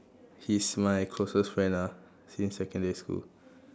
he's my closest friend ah since secondary school